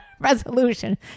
resolution